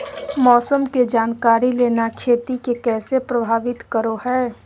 मौसम के जानकारी लेना खेती के कैसे प्रभावित करो है?